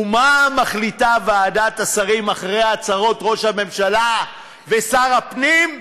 ומה מחליטה ועדת השרים אחרי הצהרות ראש הממשלה ושר הפנים?